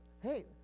hey